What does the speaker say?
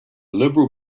liberal